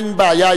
אין בעיה.